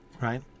right